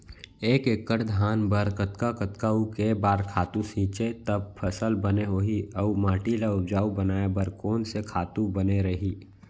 एक एक्कड़ धान बर कतका कतका अऊ के बार खातू छिंचे त फसल बने होही अऊ माटी ल उपजाऊ बनाए बर कोन से खातू बने रही?